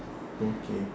okay